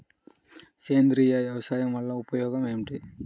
సేంద్రీయ వ్యవసాయం వల్ల ఉపయోగం ఏమిటి?